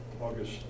August